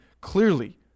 clearly